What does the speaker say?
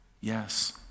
yes